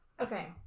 Okay